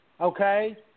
okay